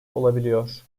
olabiliyor